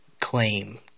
claim